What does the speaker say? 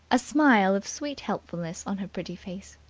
a smile of sweet helpfulness on her pretty face.